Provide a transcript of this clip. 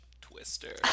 Twister